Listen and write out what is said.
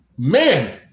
man